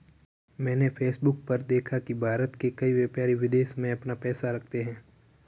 मैंने फेसबुक पर देखा की भारत के कई व्यापारी विदेश में अपना पैसा रखते हैं